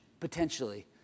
Potentially